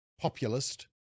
populist